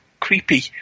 creepy